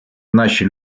наші